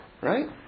Right